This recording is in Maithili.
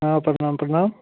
हँ प्रणाम प्रणाम